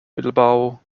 bilbao